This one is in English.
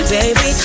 Baby